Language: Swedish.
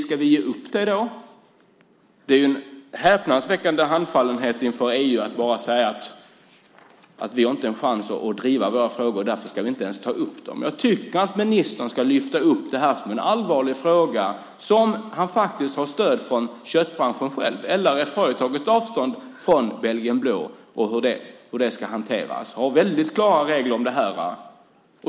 Ska vi ge upp det då? Det är en häpnadsväckande handfallenhet inför EU att bara säga att vi inte har någon chans att driva våra frågor, och därför ska vi inte ens ta upp dem. Jag tycker att ministern ska lyfta upp det här som en allvarlig fråga där han faktiskt har stöd från köttbranschen själv. LRF har ju tagit avstånd från belgisk blå, hur det ska hanteras, och har väldigt klara regler för det här.